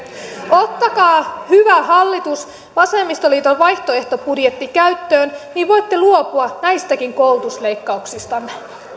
ottakaa hyvä hallitus vasemmistoliiton vaihtoehtobudjetti käyttöön niin voitte luopua näistäkin koulutusleikkauksistanne